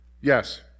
Yes